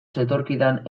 zetorkidan